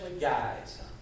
guys